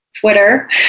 Twitter